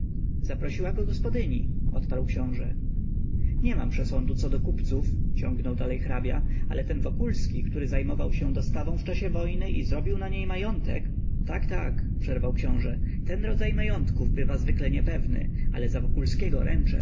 zaprosiła go gospodyni odparł książe nie mam przesądu co do kupców ciągnął dalej hrabia ale ten wokulski który zajmował się dostawą w czasie wojny i zrobił na niej majątek tak tak przerwał książe ten rodzaj majątków bywa zwykle niepewny ale